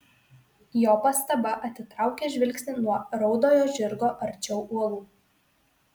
jo pastaba atitraukia žvilgsnį nuo raudojo žirgo arčiau uolų